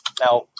Now